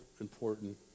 important